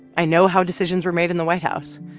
i know how decisions were made in the white house,